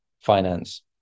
finance